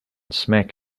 smack